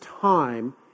time